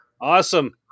Awesome